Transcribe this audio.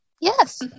yes